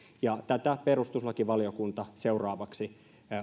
ja tätä perustuslakivaliokunta seuraavaksi